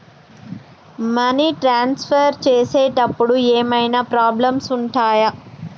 Money transfer చేసేటప్పుడు ఏమైనా problems ఉంటయా?